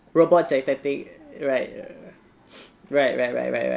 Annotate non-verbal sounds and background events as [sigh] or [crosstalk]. robots as tactic right [breath] right right right right right